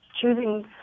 choosing